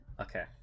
okay